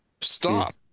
Stop